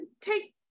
take